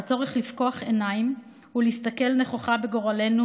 הצורך לפקוח עיניים ולהסתכל נכוחה בגורלנו